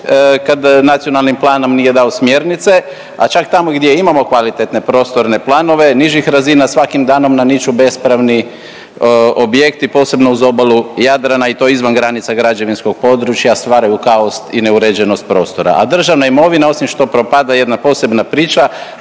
kad nacionalnim planom nije dao smjernice, a čak tamo i gdje imamo kvalitetne prostorne planove nižih razina svakim danom nam niču bespravni objekti, posebno uz obalu Jadrana i to izvan granica građevinskog područja, stvaraju kaos i neuređenost prostora, a državna imovina osim što propada je jedna posebna priča,